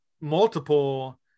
multiple